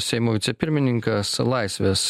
seimo vicepirmininkas laisvės